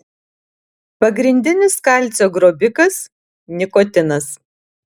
pagrindinis kalcio grobikas nikotinas